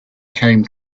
came